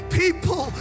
people